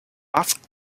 asked